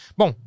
bom